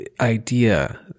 idea